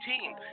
team